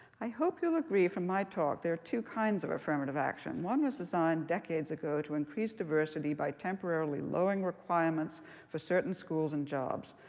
i hope you'll agree from my talk there are two kinds of affirmative action. one was designed decades ago to increase diversity by temporarily lowering requirements for certain schools and jobs.